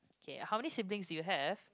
okay how many siblings do you have